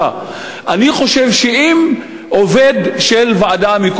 וכך גם בעניין השפה.